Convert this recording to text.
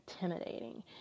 intimidating